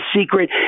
Secret